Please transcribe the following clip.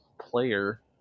player